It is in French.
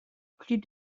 plus